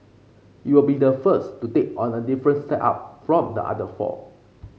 it will be the first to take on a different setup from the other four